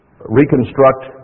reconstruct